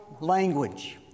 language